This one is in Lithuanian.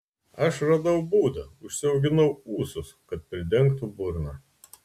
aš radau būdą užsiauginau ūsus kad pridengtų burną